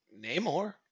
Namor